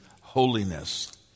holiness